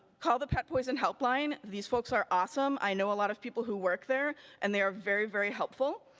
call the pet poison helpline. these folks are awesome, i know a lot of people who work there and they are very, very helpful.